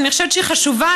שאני חושבת שהיא חשובה,